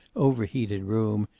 overheated room,